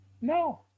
no